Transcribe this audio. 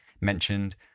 mentioned